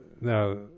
now